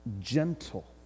gentle